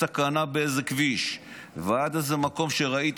מסכנה באיזה כביש ועד איזה מקום שראית,